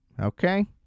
Okay